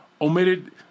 omitted